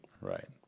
Right